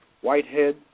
Whitehead